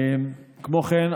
כמו כן,